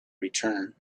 return